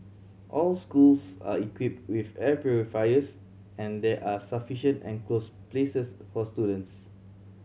all schools are equipped with air purifiers and there are sufficient enclosed places for students